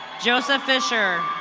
joseph fisher.